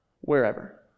wherever